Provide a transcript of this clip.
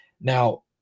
Now